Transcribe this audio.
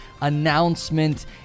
announcement